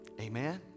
Amen